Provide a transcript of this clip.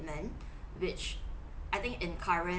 which I think in current